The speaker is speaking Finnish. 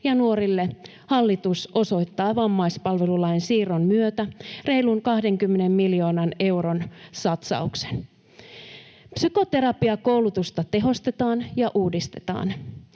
nuorille hallitus osoittaa vammaispalvelulain siirron myötä reilun 20 miljoonan euron satsauksen. Psykoterapiakoulutusta tehostetaan ja uudistetaan.